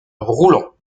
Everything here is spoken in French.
roulant